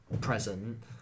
present